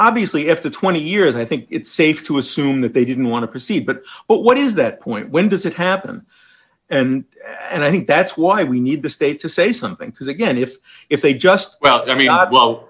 obviously if the twenty years i think it's safe to assume that they didn't want to proceed but what is that point when does it happen and and i think that's why we need the state to say something because again if if they just well